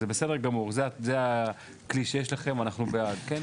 זה בסדר גור, זה הכלי שיש לכם, אנחנו בעד, כן?